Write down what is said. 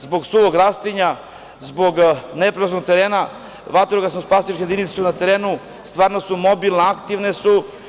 Zbog suvog rastinja, zbog nepristupačnog terena vatrogasno-spasilačke jedinice su na terenu, stalno su mobilne, aktivne su.